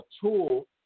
tool